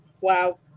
wow